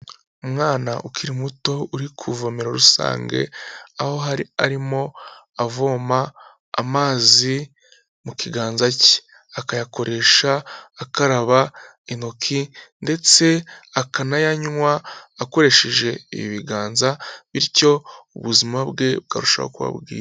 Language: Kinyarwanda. Umwana ukiri muto uri ku ivomera rusange, aho arimo avoma amazi mu kiganza ke. Akayakoresha akaraba intoki ndetse akanayanywa akoresheje ibiganza, bityo ubuzima bwe bukarushaho kuba bwiza.